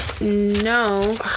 No